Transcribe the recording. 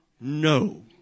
No